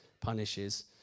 punishes